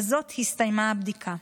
בזאת הסתיימה הבדיקה.